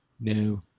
No